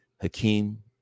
Hakeem